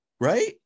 right